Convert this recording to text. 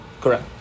correct